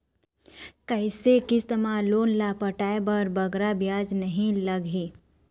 कइसे किस्त मा लोन ला पटाए बर बगरा ब्याज नहीं लगही?